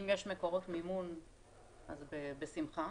אם יש מקורות מימון, אז בשמחה.